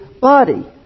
body